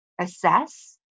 Assess